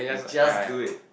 just do it